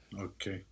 Okay